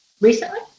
Recently